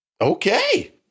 Okay